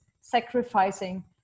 sacrificing